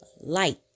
light